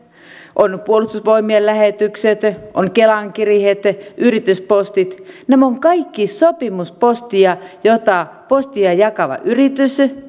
puolustusvoimien lähetykset kelan kirjeet yrityspostit nämä ovat kaikki sopimuspostia jota postia jakava yritys